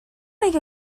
make